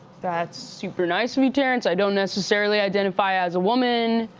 that's super nice of you, terrence. i don't necessarily identify as a woman,